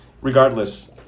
Regardless